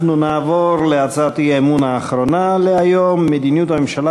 נעבור להצעת האי-אמון האחרונה להיום: מדיניות הממשלה